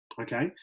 Okay